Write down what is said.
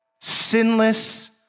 Sinless